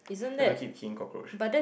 have to keep killing cockroach